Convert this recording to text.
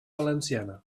valenciana